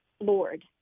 lord